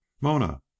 Mona